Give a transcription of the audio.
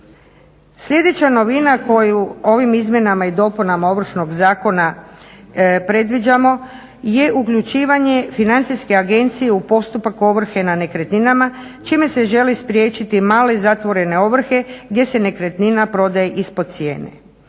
Sljedeća novina koju ovim izmjenama i dopunama Ovršnog zakona predviđamo je uključivanje financijske agencije u postupak ovrhe na nekretninama čime se želi spriječiti male i zatvorene ovrhe gdje se nekretnina prodaje ispod cijene.